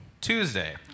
Tuesday